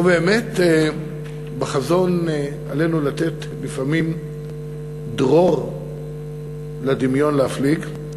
ובאמת בחזון עלינו לתת לפעמים דרור לדמיון להפליג,